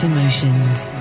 Emotions